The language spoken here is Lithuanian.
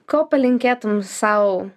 ko palinkėtum sau